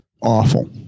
awful